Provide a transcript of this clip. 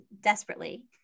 desperately